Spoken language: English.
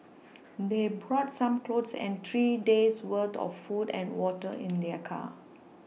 they brought some clothes and three days' worth of food and water in their car